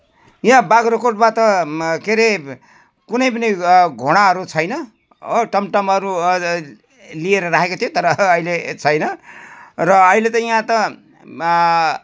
याँ बाख्राकोटमा त म् के रे कुनै पनि घोडाहरू छैन हो टमटमहरू लिएर राखेको थियो तर अहिले छैन र अहिले त यहाँ त